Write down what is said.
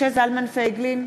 נגד משה זלמן פייגלין,